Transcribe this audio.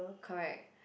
correct